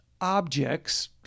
objects